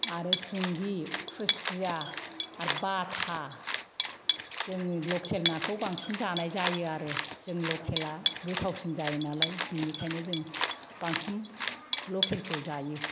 आरो सिंगि खुसिया आरो बाथा जोङो लखेल नाखौ बांसिन जानाय जायो आरो जों लखेलआ गोथावसिन जायो नालाय बेखायनो जों बांसिन लखेलखौ जायो